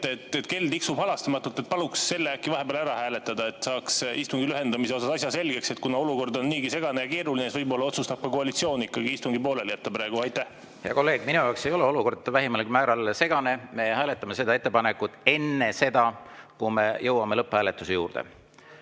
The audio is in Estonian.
Kell tiksub halastamatult. Paluks seda vahepeal äkki hääletada, et saaks istungi lühendamise osas asja selgeks. Kuna olukord on niigi segane ja keeruline, siis võib-olla otsustab ka koalitsioon ikkagi istungi praegu pooleli jätta. Hea kolleeg, minu jaoks ei ole olukord vähimalgi määral segane. Me hääletame seda ettepanekut enne seda, kui me jõuame lõpphääletuse juurde. Martin